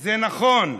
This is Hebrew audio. זה נכון,